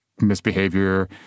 misbehavior